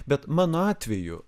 bet mano atveju